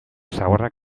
zaborrak